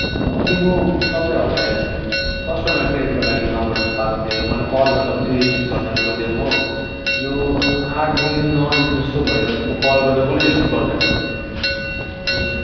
हजुर अनि म तपाईँहरूलाई त्यो कस्टमर केयरको लागि नम्बर पाएको थिएँ मैले कल गर्दा पनि रिसिभ गर्दैन कोहीले हो यो आठ दिन नौ दिन जस्तो भयो म कल गर्दा कोहीले रिसिभ गर्दैन अरू